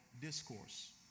Discourse